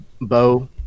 Bo